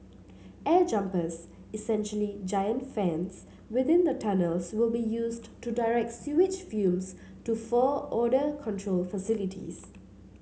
air jumpers essentially giant fans within the tunnels will be used to direct sewage fumes to four odour control facilities